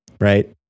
right